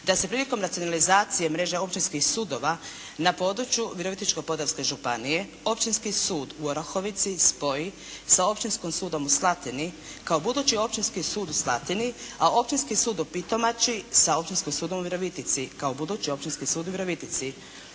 da se prilikom nacionalizacije mreže općinskih sudova na području Virovitičko-podravske županije, općinski sud u Orahovici stoji sa općinskim sudom u Slatini kao budući općinski sud u Slatini a općinski sud u Pitomači sa općinskim sudom u Virovitici kao budući općinski sud u Virovitici.